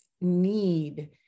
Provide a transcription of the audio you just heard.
need